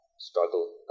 struggle